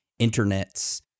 internets